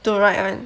to write [one]